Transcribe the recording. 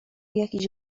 jakiś